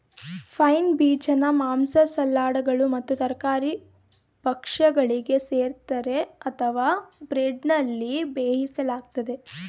pine ಬೀಜನ ಮಾಂಸ ಸಲಾಡ್ಗಳು ಮತ್ತು ತರಕಾರಿ ಭಕ್ಷ್ಯಗಳಿಗೆ ಸೇರಿಸ್ತರೆ ಅಥವಾ ಬ್ರೆಡ್ನಲ್ಲಿ ಬೇಯಿಸಲಾಗ್ತದೆ